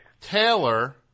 Taylor